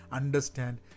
understand